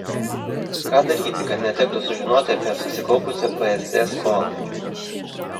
ką daryti kad netektų sužinoti apie susikaupusią psd skolą